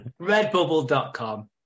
Redbubble.com